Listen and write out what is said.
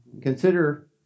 Consider